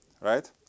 right